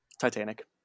Titanic